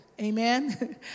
amen